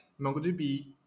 MongoDB